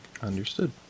Understood